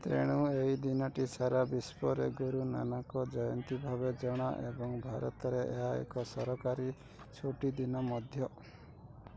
ତେଣୁ ଏହି ଦିନଟି ସାରା ବିଶ୍ୱରେ ଗୁରୁ ନାନକ ଜୟନ୍ତୀ ଭାବେ ଜଣା ଏବଂ ଭାରତରେ ଏହା ଏକ ସରକାରୀ ଛୁଟିଦିନ ମଧ୍ୟ